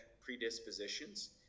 predispositions